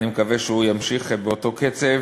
אני מקווה שהוא יימשך באותו קצב.